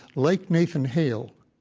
like nathan hale,